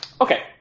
Okay